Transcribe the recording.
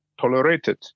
tolerated